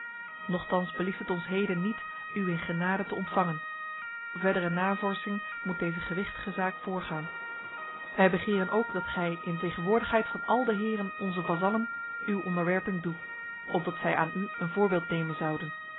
nochtans belieft het ons heden niet u in genade te ontvangen verdere navorsing moet deze gewichtige zaak voorgaan wij begeren ook dat gij in de tegenwoordigheid van al de heren onze vazallen uw onderwerping doe opdat zij aan u een voorbeeld nemen zouden